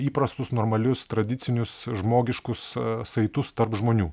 įprastus normalius tradicinius žmogiškus saitus tarp žmonių